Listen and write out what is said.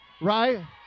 right